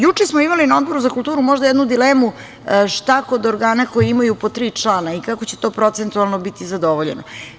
Juče smo imali na Odboru za kulturu možda jednu dilemu – šta kod organa koji imaju po tri člana i kako će to procentualno biti zadovoljeno?